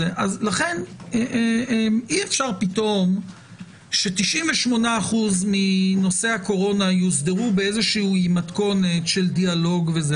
אז אי-אפשר פתאום ש-98% מנושאי הקורונה יוסדרו במתכונת של דיאלוג.